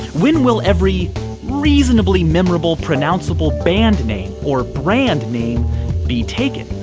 when will every reasonably memorable pronounceable band name or brand name be taken?